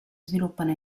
sviluppano